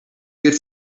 good